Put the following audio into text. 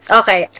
okay